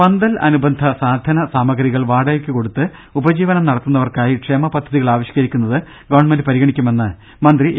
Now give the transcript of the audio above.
പന്തൽ അനുബന്ധ സാധന സാമഗ്രികൾ വാടകക്ക് കൊടുത്ത് ഉപജീവനം നട ത്തുന്നവർക്കായി ക്ഷേമ പദ്ധതികൾ ആവിഷ്കരിക്കുന്നത് ഗവൺമെന്റ് പരി ഗണിക്കുമെന്ന് മന്ത്രി എ